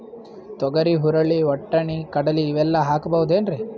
ತೊಗರಿ, ಹುರಳಿ, ವಟ್ಟಣಿ, ಕಡಲಿ ಇವೆಲ್ಲಾ ಹಾಕಬಹುದೇನ್ರಿ?